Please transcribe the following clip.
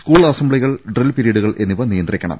school അസംബ്ലികൾ ഡ്രിൽപിരീഡുകൾ എന്നിവ നിയന്ത്രിക്കണം